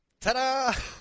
ta-da